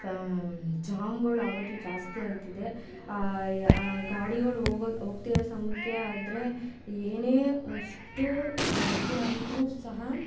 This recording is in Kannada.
ಫ ಜಾಮ್ಗಳಾಗೋದು ಜಾಸ್ತಿ ಆಗ್ತಿದೆ ಯ ಆ ಗಾಡಿಗಳೋಗೋ ಹೋಗ್ತಿರೋ ಸಮಕ್ಕೆ ಆದರೆ ಏನೇ ಅಷ್ಟು ಇದಾಗಿದ್ರೂ ಸಹ